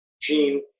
gene